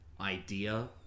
idea